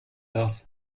darf